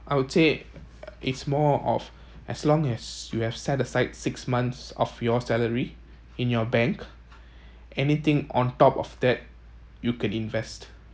I would say it's more of as long as you have set aside six months of your salary in your bank anything on top of that you can invest